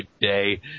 day